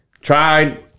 Tried